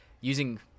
using